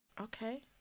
Okay